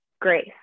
grace